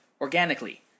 organically